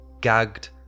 gagged